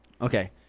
okay